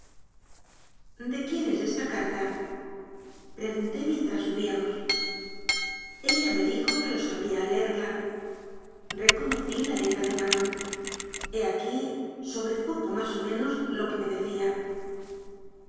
de quién es esta carta pregunté mien tras subíamos ella me dijo que lo isabría al leerla reconocí la letra de manon he aquí sobre poco más o menos lo que me decía